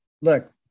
Look